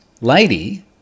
lady